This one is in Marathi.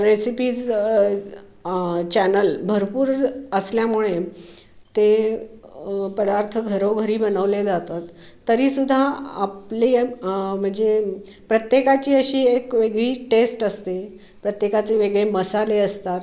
रेसिपीज चॅनल भरपूर असल्यामुळे ते पदार्थ घरोघरी बनवले जातात तरी सुद्धा आपली म्हणजे प्रत्येकाची अशी एक वेगळी टेस्ट असते प्रत्येकाचे वेगळे मसाले असतात